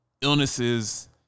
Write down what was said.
illnesses